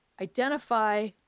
identify